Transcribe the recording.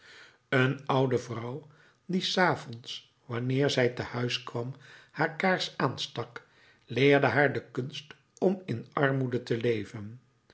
een oude vrouw die s avonds wanneer zij te huis kwam haar kaars aanstak leerde haar de kunst om in armoede te leven